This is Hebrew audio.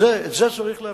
את זה צריך להפסיק.